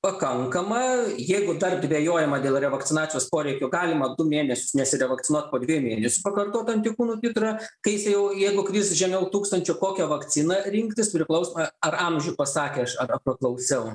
pakankama jeigu dar dvejojama dėl revakcinacijos poreikio galima du mėnesius nesirevakcinuot po dviejų mėnesių pakartot antikūnų titrą kai jisai jau jeigu kris žemiau tūkstančio kokią vakciną rinktis priklausomai ar amžių pasakė aš arba praklausiau